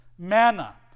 Manna